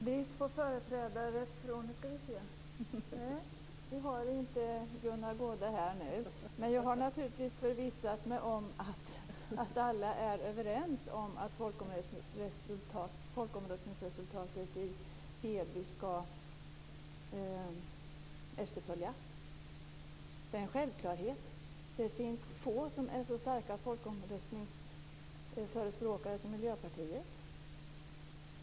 Fru talman! Gunnar Goude är inte här nu, men jag har förvissat mig om att alla är överens om att folkomröstningsresultatet i Heby skall efterföljas. Det är en självklarhet. Det finns få som är så starka folkomröstningsförespråkare som Miljöpartiet.